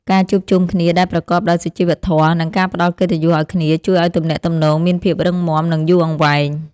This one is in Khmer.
ការជួបជុំគ្នាដែលប្រកបដោយសុជីវធម៌ និងការផ្ដល់កិត្តិយសឱ្យគ្នាជួយឱ្យទំនាក់ទំនងមានភាពរឹងមាំ និងយូរអង្វែង។